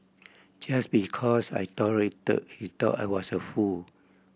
just because I tolerated he thought I was a fool